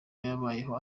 yabayeho